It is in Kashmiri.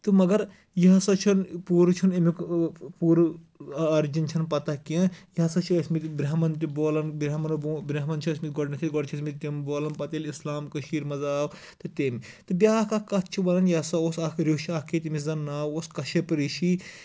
تہٕ مَگر یہِ ہسا چھنہٕ پوٗرٕ چھُ نہ امیُک پوٗرٕ اوٚرجن چھےٚ نہٕ پَتہ کیٚںہہ یہِ ہسا چھِ ٲسی مٕتۍ برہمن تہِ بولان برہمن چھِ ٲسۍ مٕتۍ گۄڈٕنیتھٕے تِم بولان پَتہٕ ییٚلہِ اِسلام کٔشیٖر منٛز آو تہٕ تٔمۍ تہٕ بیاکھ اکھ کَتھ چھِ وَنان یہِ ہسا اوس اکھ ریش اکھ ییٚتہِ ییٚمِس زَن ناو اوس کَشپ رِیٖشی